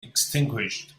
extinguished